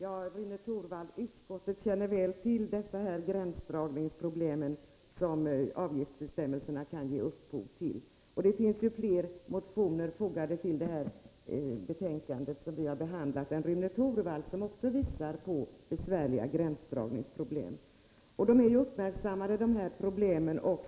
Fru talman! Utskottet känner väl till dessa gränsdragningsproblem, Rune Torwald, som avgiftsbestämmelserna kan ge upphov till. I fler motioner än Rune Torwalds, fogade till detta betänkande, påvisas också besvärliga gränsdragningsproblem. Problemen är alltså uppmärksammade.